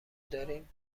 داریم